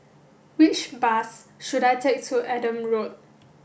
which bus should I take to Adam Road